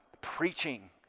preaching